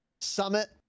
Summit